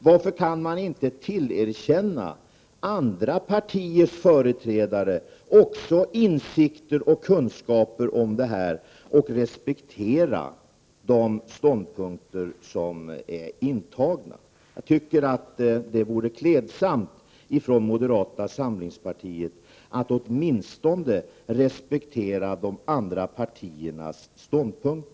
Varför kan man inte tillerkänna andra partiers företrädare insikter och kunskaper om detta och respektera de ståndpunkter som har intagits? Jag tycker att det vore klädsamt för moderata samlingspartiet att åtminstone respektera de andra partiernas ståndpunkter.